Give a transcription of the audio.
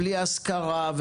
בלי השכרה,